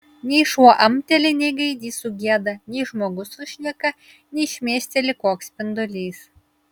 nei šuo amteli nei gaidys sugieda nei žmogus sušneka nei šmėsteli koks spindulys